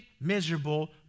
miserable